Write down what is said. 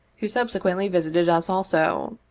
who subsequently visited us also.